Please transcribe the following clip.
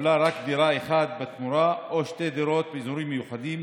התקבלה רק דירה אחת בתמורה או שתי דירות באזורים מיוחדים.